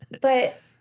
But-